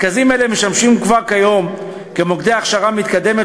מרכזים אלה משמשים כבר כיום כמוקדי הכשרה מתקדמת